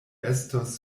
estos